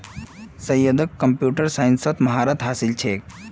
सैयदक कंप्यूटर साइंसत महारत हासिल छेक